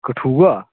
Kathua